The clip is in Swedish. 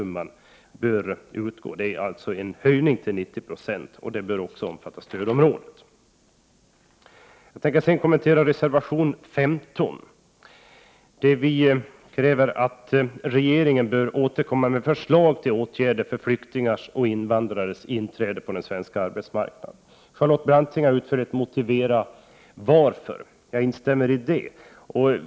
Observera att det är fråga om en höjning till 90 92 — och också omfattar stödområdet. Jag tänkte sedan kommentera reservation 15, där vi kräver att regeringen skall återkomma med förslag till åtgärder för flyktingars och invandrares inträde på den svenska arbetsmarknaden. Charlotte Branting har utförligt motiverat kravet, och jag instämmer i det.